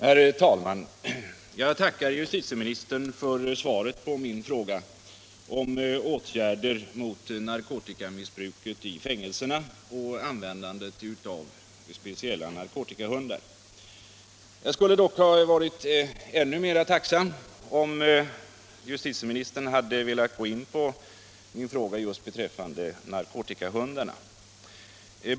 Herr talman! Jag tackar justitieministern för svaret på min fråga om åtgärder mot narkotikamissbruket i fängelserna och användandet av speciella ”narkotikahundar”. Jag skulle dock ha varit ännu mer tacksam, om justitieministern hade velat gå in just på min fråga om narkotikahundarna.